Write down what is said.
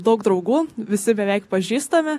daug draugų visi beveik pažįstami